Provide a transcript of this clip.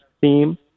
theme